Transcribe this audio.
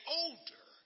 older